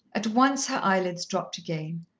at once her eyelids dropped again.